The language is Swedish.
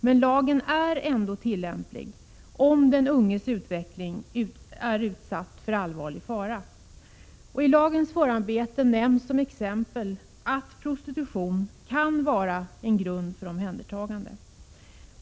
Men lagen är ändå tillämplig om de ungas utveckling är utsatt för allvarlig fara. I lagens förarbeten nämns som exempel att prostitution kan vara en grund för omhändertagande.